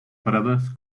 paradas